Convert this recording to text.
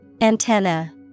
Antenna